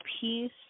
peace